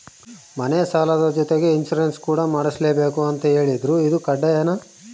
ಮನೆ ಸಾಲದ ಜೊತೆಗೆ ಇನ್ಸುರೆನ್ಸ್ ಕೂಡ ಮಾಡ್ಸಲೇಬೇಕು ಅಂತ ಹೇಳಿದ್ರು ಇದು ಕಡ್ಡಾಯನಾ?